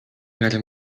miarę